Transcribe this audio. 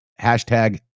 Hashtag